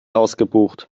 ausgebucht